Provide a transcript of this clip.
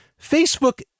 Facebook